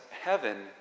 heaven